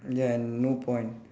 then no point